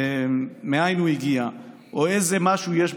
מי שמפר את